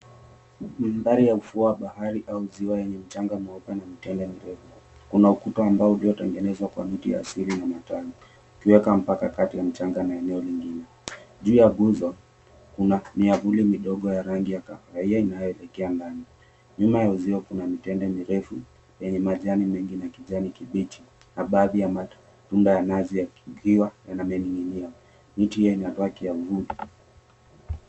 Mandhari ya ufuo wa bahari au ziwa yenye mchanga mweupe na mitende mirefu. Kuna ukuta wa mbao uliotengenezwa kwa miti ya asili na matawi ikiweka mpaka kati ya mchanga na eneo lingine. Juu ya nguzo, kuna miavuli mingine ya rangi ya kahawia inayoelekea ndani. Nyuma ya uzio kuna mitende mirefu yenye majani mengi na kijani kibichi na baadhi ya matunda ya nazi yakiwa yamening'inia. Miti hiyo inatoa kiavuli.